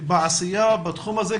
בעשייה בתחום הזה,